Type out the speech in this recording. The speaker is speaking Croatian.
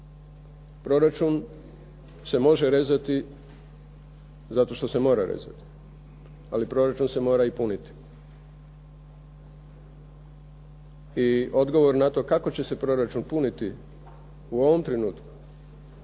Proračun se može rezati zato što se mora rezati ali proračun se mora i puniti. I odgovor na to kako će se proračun puniti u ovom trenutku